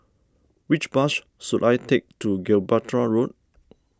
which bus should I take to Gibraltar Road